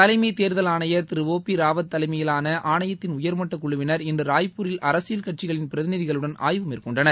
தலைமை தேர்தல் ஆணையர் திரு ஓ பி ராவத் தலைமையிலான ஆணையத்தின் உயர்மட்டக் குழுவினர் இன்று ராய்பூரில் அரசியல் கட்சிகளின் பிரதிநிதிகளுடன் ஆய்வு மேற்கொண்டனர்